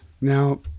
Now